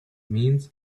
means